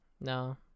no